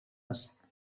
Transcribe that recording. است